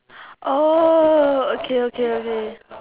oh okay okay okay